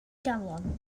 galon